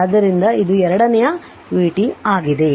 ಆದ್ದರಿಂದ ಇದು ಎರಡನೆಯ vt ಆಗಿದೆ